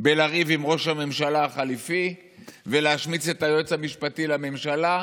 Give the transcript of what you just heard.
בלריב עם ראש הממשלה החליפי ולהשמיץ את היועץ המשפטי לממשלה.